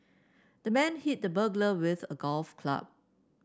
the man hit the burglar with a golf club